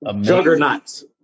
juggernauts